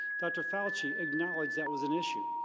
dr. fauci acknowledged that was an issue.